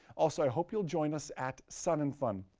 also, i hope you'll join us at sun n fun.